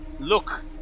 Look